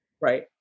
Right